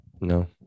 No